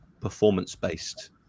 performance-based